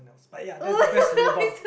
but ya that's the best lobang